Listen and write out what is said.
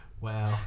Wow